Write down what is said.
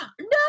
No